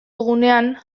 dugunean